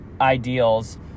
ideals